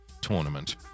tournament